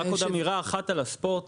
רק עוד אמירה אחת על הספורט.